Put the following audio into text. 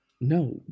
No